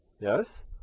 Yes